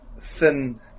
thin